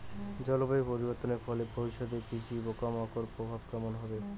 জলবায়ু পরিবর্তনের ফলে ভবিষ্যতে কৃষিতে পোকামাকড়ের প্রভাব কেমন হবে?